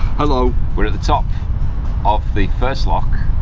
hello. we're at the top of the first lock.